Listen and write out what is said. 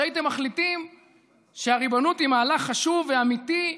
הייתם מחליטים שהריבונות היא מהלך חשוב ואמיתי,